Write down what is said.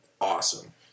awesome